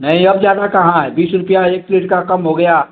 नहीं अब ज्यादा कहाँ है बीस रुपये एक प्लेट का कम हो गया